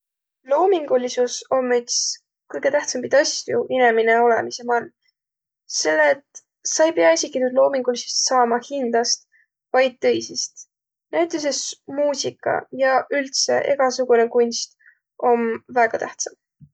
Loominglisus om üts kõgõ tähtsämbit asju inemine olõmisõ man, selle et sa ei piä esiki tuud loomingulisust saama hindäst, vaid tõisist. Näütüses muusika ja üldse egäsugunõ kunst om väega tähtsä.